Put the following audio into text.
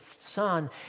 Son